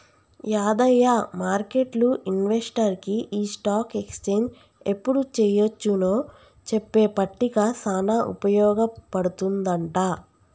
యాదయ్య మార్కెట్లు ఇన్వెస్టర్కి ఈ స్టాక్ ఎక్స్చేంజ్ ఎప్పుడు చెయ్యొచ్చు నో చెప్పే పట్టిక సానా ఉపయోగ పడుతుందంట